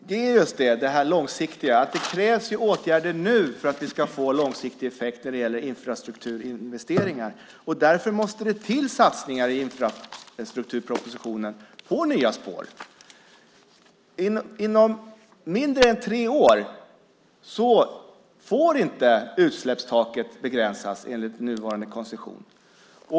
Fru talman! Det handlar om just det långsiktiga. Det krävs åtgärder nu för att det ska få långsiktig effekt när det gäller infrastrukturinvesteringar. Därför måste det till satsningar på nya spår i infrastrukturpropositionen. Inom mindre än tre år får inte utsläppstaket begränsas enligt nuvarande koncession.